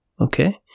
Okay